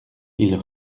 ils